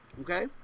okay